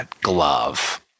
glove